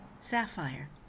sapphire